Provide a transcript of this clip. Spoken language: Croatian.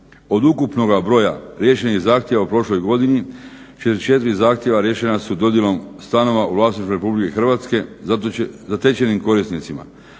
Od ukupnoga broja riješenih zahtjeva u prošloj godini 44 zahtjeva riješena su dodjelom stanova u vlasništvu Republike Hrvatske zatečenim korisnicima,